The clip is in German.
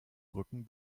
brücken